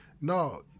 no